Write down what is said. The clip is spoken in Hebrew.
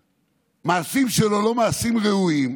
ושהמעשים שלו לא מעשים ראויים,